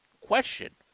question